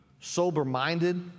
sober-minded